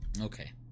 Okay